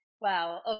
Wow